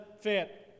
fit